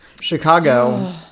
Chicago